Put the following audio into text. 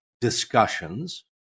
discussions